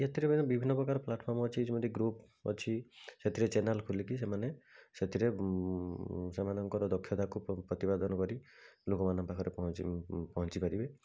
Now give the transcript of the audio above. ଏଥିରେ ବିଭିନ୍ନ ପ୍ରକାର ପ୍ଲାଟଫର୍ମ୍ ଅଛି ଯେମିତି ଗ୍ରୁପ୍ ଅଛି ସେଥିରେ ଚ୍ୟାନେଲ୍ ଖୋଲିକି ସେମାନେ ସେଥିରେ ସେମାନଙ୍କର ଦକ୍ଷତାକୁ ପ୍ରତିପାଦନ କରି ଲୋକମାନଙ୍କ ପାଖରେ ପହଞ୍ଚି ପହଞ୍ଚିପାରିବେ